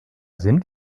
sind